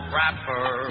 rapper